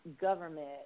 government